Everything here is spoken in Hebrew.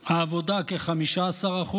העבודה, כ-15%,